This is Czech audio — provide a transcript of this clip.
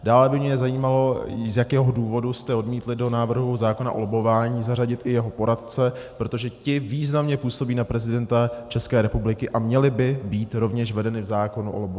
Dále by mě zajímalo, z jakého důvodu jste odmítli do návrhu zákona o lobbování zařadit i jeho poradce, protože ti významně působí na prezidenta České republiky a měli by být rovněž vedeni v zákonu o lobbování.